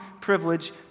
privilege